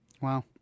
Wow